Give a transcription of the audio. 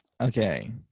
okay